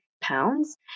pounds